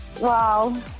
Wow